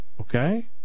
Okay